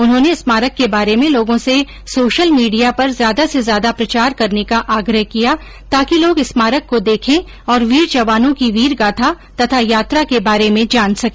उन्होंने स्मारक के बारे में लोगों से सोशल मीडिया पर ज्यादा से ज्यादा प्रचार करने का आग्रह किया ताकि लोग स्मारक को देखे और वीर जवानों की वीर गाथा तथा यात्रा के बारे में जान सके